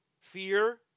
fear